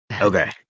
Okay